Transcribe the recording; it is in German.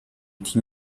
team